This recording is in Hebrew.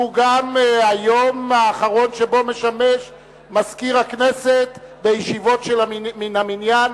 שהוא גם היום האחרון שבו משמש מזכיר הכנסת בישיבות מן המניין,